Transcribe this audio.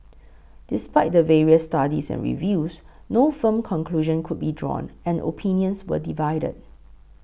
despite the various studies and reviews no firm conclusion could be drawn and opinions were divided